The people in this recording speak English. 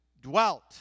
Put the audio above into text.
dwelt